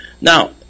Now